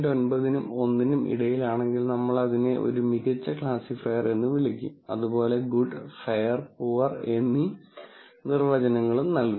9 നും 1 നും ഇടയിലാണെങ്കിൽ നമ്മൾ അതിനെ ഒരു മികച്ച ക്ലാസിഫയർ എന്ന് വിളിക്കും അതുപോലെ ഗുഡ് ഫെയർ പുവർ എന്നീ നിർവചനങ്ങൾ നൽകും